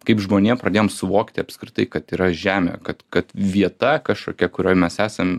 kaip žmonija pradėjom suvokti apskritai kad yra žemė kad kad vieta kažkokia kurioj mes esam